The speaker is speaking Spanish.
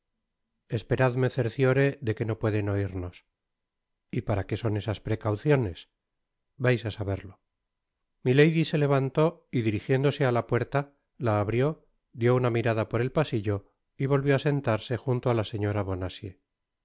esperad me cerciore de que no pueden oirnos y para qué son esas precauciones vais á saberlo milady se levantó y dirigiéndose á la puerta la abrió dió una mirada por el pasillo y volvió á sentarse junto á la señora